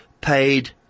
paid